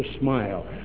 smile